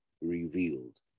revealed